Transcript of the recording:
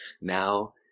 now